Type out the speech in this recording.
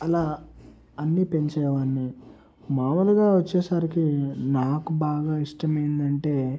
అలా అని పెంచే వాడిని మామూలుగా వచ్చేసరికి నాకు బాగా ఇష్టమైంది అంటే